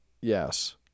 Yes